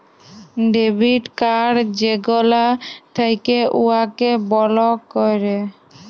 debit card যেগলা থ্যাকে উয়াকে বলক ক্যরে